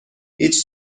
هیچ